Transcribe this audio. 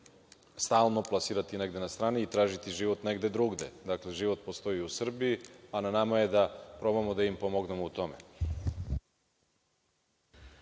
stalno plasirati negde na strani i tražiti život negde drugde. Život postoji i u Srbiji, a na nama je da probamo da im pomognemo u tome.